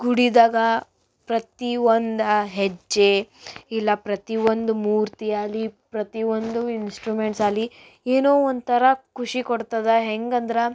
ಗುಡಿದಾಗ ಪ್ರತಿ ಒಂದು ಹೆಜ್ಜೆ ಇಲ್ಲ ಪ್ರತಿ ಒಂದು ಮೂರ್ತಿ ಆಗಲಿ ಪ್ರತಿ ಒಂದು ಇಂಸ್ಟ್ರುಮೆಂಟ್ಸ್ ಆಗಲಿ ಏನೋ ಒಂಥರ ಖುಷಿ ಕೊಡ್ತದೆ ಹೆಂಗೆ ಅಂದ್ರೆ